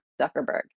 Zuckerberg